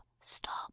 Stop